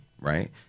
right